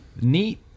neat